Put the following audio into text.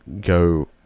go